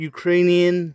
Ukrainian